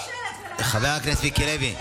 חבר הכנסת מיקי לוי,